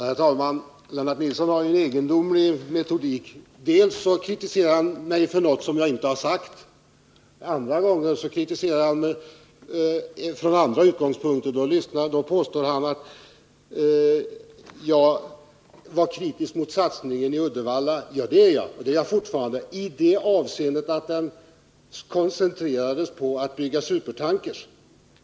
Herr talman! Lennart Nilsson har en egendomlig metodik: först kritiserar han mig för något som jag inte har sagt, och sedan kritiserar han mig från andra utgångspunkter; då påstår han att jag var kritisk mot satsningen i Uddevalla. Ja, det var jag då och det är jag fortfarande — i det avseendet att den satsningen koncentrerades på att bygga supertankers.